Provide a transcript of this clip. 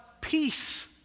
peace